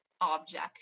object